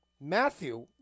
Matthew